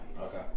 Okay